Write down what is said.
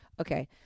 okay